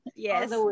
Yes